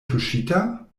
tuŝita